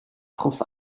proef